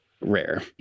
rare